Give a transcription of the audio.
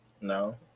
No